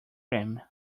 cream